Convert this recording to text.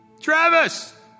Travis